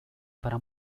para